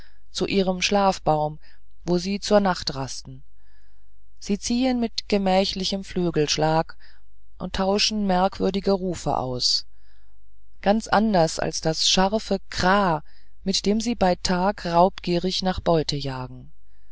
zu ihrem schlafbaum wo sie zur nacht rasten sie ziehen mit gemächlichem flügelschlag und tauschen merkwürdige rufe aus ganz anders als das scharfe krah mit dem sie bei tag raubgierig nach beute jagen